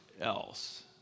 else